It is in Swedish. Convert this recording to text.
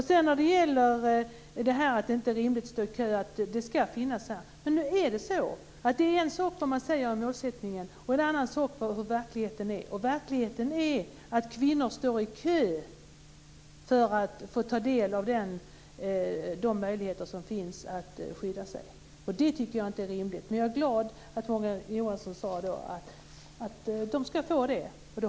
Sedan till detta med att det inte är rimligt att behöva stå i kö och att det ska finnas trygghetspaket. En sak är vad man säger i målsättningen och en annan sak är hur verkligheten är. Verkligheten är att kvinnor står i kö för att få ta del av de möjligheter som finns att skydda sig. Detta är, tycker jag, inte rimligt men jag är glad över att Morgan Johansson säger att de här kvinnorna ska få nämnda möjlighet.